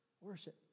Worship